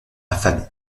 affamés